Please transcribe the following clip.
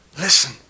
listen